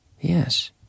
Yes